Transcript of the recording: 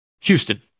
Houston